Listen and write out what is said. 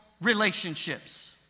relationships